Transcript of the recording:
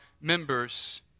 members